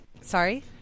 Sorry